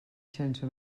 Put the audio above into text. sense